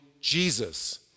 Jesus